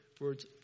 words